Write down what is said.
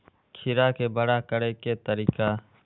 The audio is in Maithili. खीरा के बड़ा करे के तरीका?